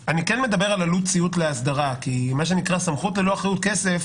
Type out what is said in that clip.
אני כן מדבר על עלות ציות לאסדרה כי מה שנקרא סמכות ללא אחריות כסף,